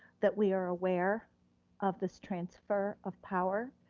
that we are aware of this transfer of power.